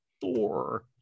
Thor